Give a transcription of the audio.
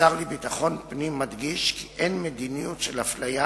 השר לביטחון פנים מדגיש כי אין מדיניות של אפליה,